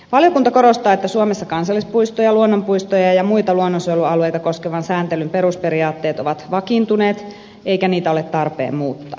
valiokunta korostaa että suomessa kansallispuistoja luonnonpuistoja ja muita luonnonsuojelualueita koskevan sääntelyn perusperiaatteet ovat vakiintuneet eikä niitä ole tarpeen muuttaa